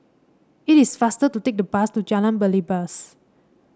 it is faster to take the bus to Jalan Belibas